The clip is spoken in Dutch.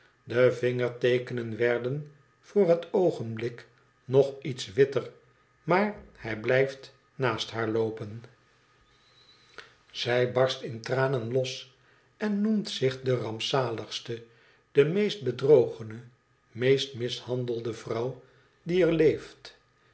de vingerteekenen werden voor het oogenblik nog iets witter maar hij blijft naast haar loopen zij barst in tranen los en noemt zich de rampzaligste de meest bedrogene meest mishandelde vrouw die er leeft